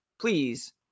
please